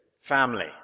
family